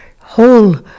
whole